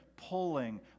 Pulling